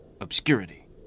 Obscurity